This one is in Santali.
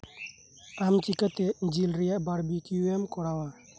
ᱟᱢ ᱪᱤᱠᱟᱹᱛᱮ ᱡᱤᱞ ᱨᱮᱭᱟᱜ ᱵᱟᱨᱵᱤᱠᱤᱭᱩ ᱮᱢ ᱠᱚᱨᱟᱣᱼᱟ